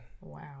Wow